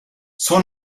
suo